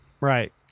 right